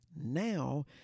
Now